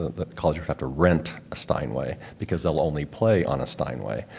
the college but rent a steinway because they'll only play on a steinway.